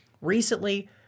Recently